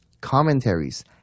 commentaries